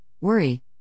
worry